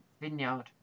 vineyard